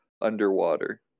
underwater